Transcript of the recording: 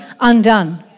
undone